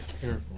careful